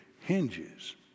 hinges